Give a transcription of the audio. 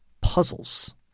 puzzles